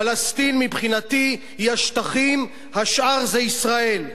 פלסטין מבחינתי היא השטחים, השאר זה ישראל.